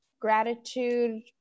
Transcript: gratitude